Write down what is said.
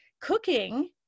Cooking